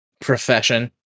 profession